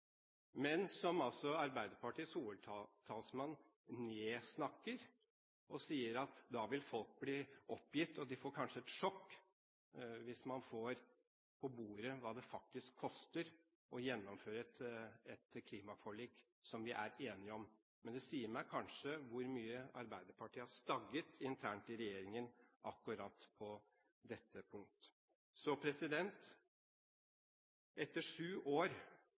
Men Arbeiderpartiets hovedtalsmann nedsnakker klimaforliket og sier folk vil bli oppgitt og kanskje få et sjokk hvis man får på bordet hva det faktisk koster å gjennomføre et klimaforlik som vi er enige om. Det sier kanskje noe om hvor mye Arbeiderpartiet har stanget internt i regjeringen akkurat på dette punkt. Etter sju år